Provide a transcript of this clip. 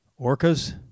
Orcas